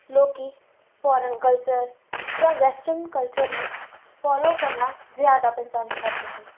ਲੋਕ foreign culture ਜਾਂ western culture ਨੂੰ ਫੋਲੋ ਕਰਨਾ ਜ਼ਿਆਦਾ ਪਸੰਦ ਕਰਦੇ ਹਨ